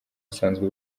usanzwe